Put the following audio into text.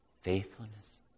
faithfulness